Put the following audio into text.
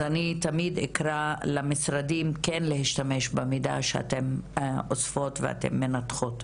אז אני תמיד אקרא למשרדים כן להשתמש במידע שאתן אוספות ואתן מנתחות.